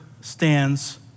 stands